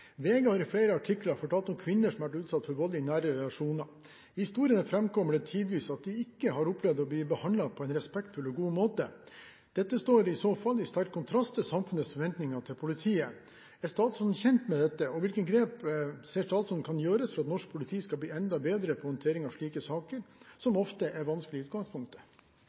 opplevd å bli behandlet på en respektfull og god måte. Dette står i så fall i sterk kontrast til samfunnets forventninger til politiet. Er statsråden kjent med dette, og hvilke grep ser statsråden kan gjøres for at norsk politi skal bli enda bedre på håndtering av slike saker som ofte er vanskelige i utgangspunktet?»